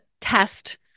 test